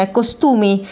costumi